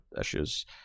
issues